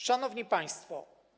Szanowni Państwo!